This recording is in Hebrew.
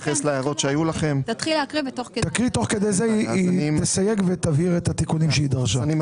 אני מבקש להציג ולאחר מכן להצביע - את